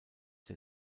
der